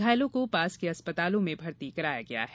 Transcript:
घायलों को निकट के अस्पतालों में भर्ती कराया गया है